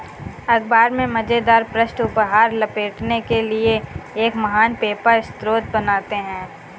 अख़बार में मज़ेदार पृष्ठ उपहार लपेटने के लिए एक महान पेपर स्रोत बनाते हैं